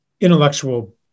intellectual